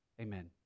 Amen